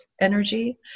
energy